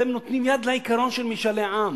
אתם נותנים יד לעיקרון של משאלי עם.